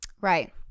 right